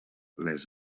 les